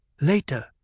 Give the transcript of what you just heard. Later